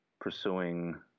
pursuing